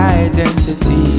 identity